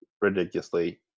ridiculously